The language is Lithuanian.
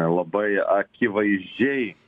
labai akivaizdžiai